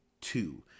two